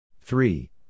Three